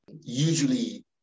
usually